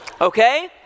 Okay